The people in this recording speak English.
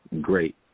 great